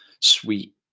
sweet